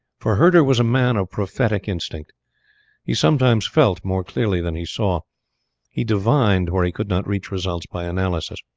for herder was a man of prophetic instinct he sometimes felt more clearly than he saw he divined where he could not reach results by analysis.